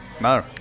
No